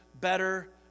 better